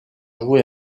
joué